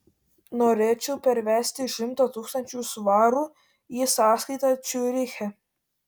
norėčiau pervesti šimtą tūkstančių svarų į sąskaitą ciuriche